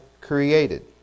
created